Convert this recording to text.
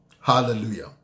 Hallelujah